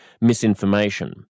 misinformation